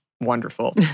wonderful